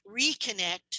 reconnect